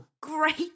great